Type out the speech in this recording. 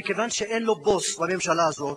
ומכיוון שאין לו בוס בממשלה הזאת,